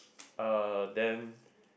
uh then